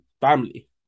family